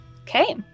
Okay